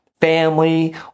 family